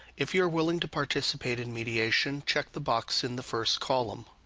if you are willing to participate in mediation, check the box in the first column.